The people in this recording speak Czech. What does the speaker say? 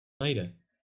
nejde